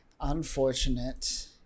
Unfortunate